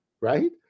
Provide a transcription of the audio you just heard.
right